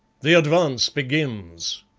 the advance begins!